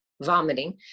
vomiting